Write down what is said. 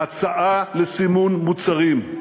הצעה לסימון מוצרים.